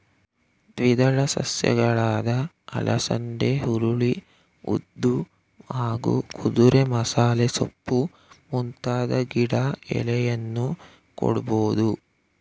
ದ್ವಿದಳ ಸಸ್ಯಗಳಾದ ಅಲಸಂದೆ ಹುರುಳಿ ಉದ್ದು ಹಾಗೂ ಕುದುರೆಮಸಾಲೆಸೊಪ್ಪು ಮುಂತಾದ ಗಿಡದ ಎಲೆಯನ್ನೂ ಕೊಡ್ಬೋದು